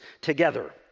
together